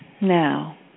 Now